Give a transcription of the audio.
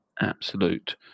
absolute